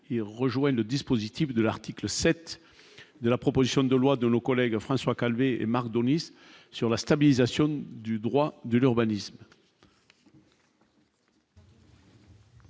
et rejoignent le dispositif de l'article 7 de la proposition de loi de l'eau collègue François Calvet Marc Denis sur la stabilisation du droit de l'urbanisme.